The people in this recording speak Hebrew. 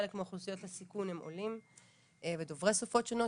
חלק מאוכלוסיות הסיכון הם עולים ודוברי שפות שונות,